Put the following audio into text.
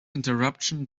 interruption